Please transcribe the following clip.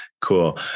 cool